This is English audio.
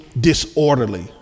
disorderly